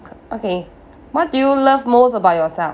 okay what do you love most about yourself